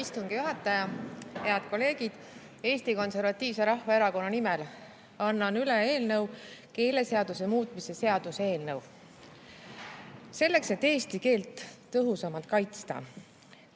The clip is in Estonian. istungi juhataja! Head kolleegid! Eesti Konservatiivse Rahvaerakonna nimel annan üle keeleseaduse muutmise seaduse eelnõu. Selleks, et eesti keelt tõhusamalt kaitsta,